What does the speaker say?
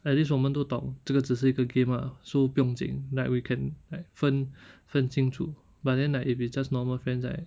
at least 我们都懂这个只是一个 game ah so 不用紧 like we can like 分分清楚 but then like if it's just normal friends right